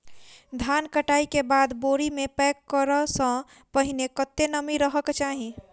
धान कटाई केँ बाद बोरी मे पैक करऽ सँ पहिने कत्ते नमी रहक चाहि?